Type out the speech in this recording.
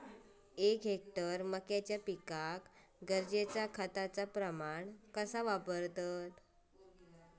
एक हेक्टर मक्याच्या पिकांका गरजेच्या खतांचो प्रमाण कसो वापरतत?